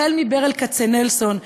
החל מברל כצנלסון,